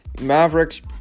Mavericks